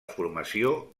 formació